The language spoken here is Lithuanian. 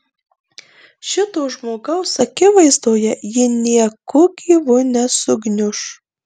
šito žmogaus akivaizdoje ji nieku gyvu nesugniuš